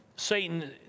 Satan